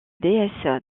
déesse